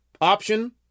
option